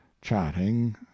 chatting